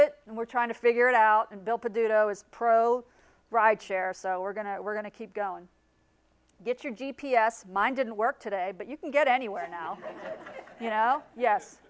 it and we're trying to figure it out and built to do though is pro ride share so we're going to we're going to keep going get your g p s mine didn't work today but you can get anywhere now you know yes